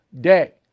day